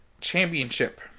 championship